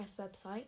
website